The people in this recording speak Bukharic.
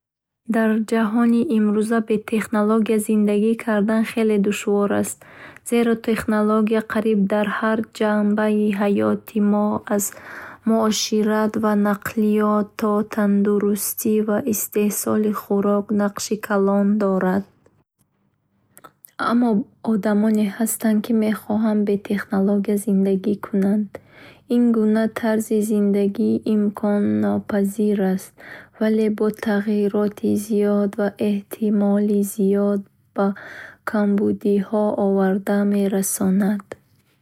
Дар ҷаҳони имрӯза бе технология зиндагӣ кардан хеле душвор аст, зеро технология қариб дар ҳар ҷанбаи ҳаёти мо аз муошират ва нақлиёт то тандурустӣ ва истеҳсоли хӯрок нақши калон дорад. Аммо баъзе ҷомеаҳо ва одамон ҳастанд, ки мехоҳанд бо технологияҳои камтар зиндагӣ кунанд ва ба усулҳои анъанавӣ, мисли кишоварзӣ, асбобҳои дастӣ ва муоширати рӯ ба рӯ рӯ овардаанд. Ин гуна тарзи зиндагӣ имконпазир аст, вале ба тағйироти зиёд ва эҳтимоли зиёд ба камбудиҳо оварда мерасонад.